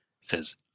says